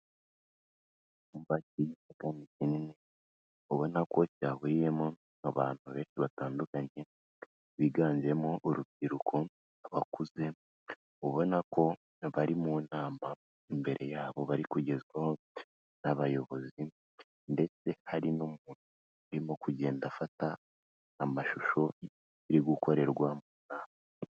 Icyumba kinini ubona ko cyahuriyemo n'abantu benshi batandukanye biganjemo urubyiruko, abakuze, ubona ko bari mu inama imbere yabo bari kugezwaho n'abayobozi, ndetse hari n'umuntu umo kugenda afata amashusho yibiri gukorerwamo.